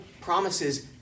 promises